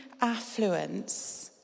affluence